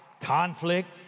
conflict